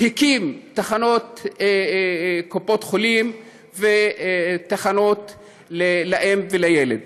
הקים תחנות קופות חולים ותחנות לאם ולילד.